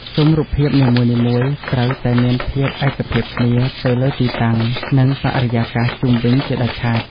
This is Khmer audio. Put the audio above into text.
ស៊ុមរូបភាពនីមួយៗត្រូវតែមានភាពឯកភាពគ្នាទៅលើទីតាំង និង បរិយាកាសជុំវិញជាដាច់ខាត។